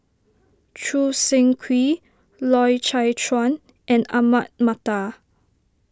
Choo Seng Quee Loy Chye Chuan and Ahmad Mattar